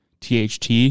THT